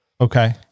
Okay